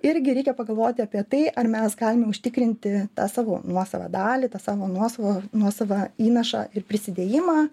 irgi reikia pagalvoti apie tai ar mes galime užtikrinti tą savo nuosavą dalį tą savo nuosavą nuosavą įnašą ir prisidėjimą